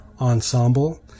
Ensemble